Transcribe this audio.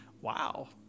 Wow